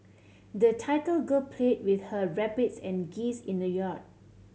the little girl played with her rabbits and geese in the yard